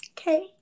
okay